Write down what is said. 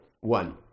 one